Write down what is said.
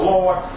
Lord